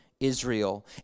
Israel